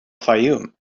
fayoum